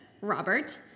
Robert